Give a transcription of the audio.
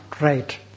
right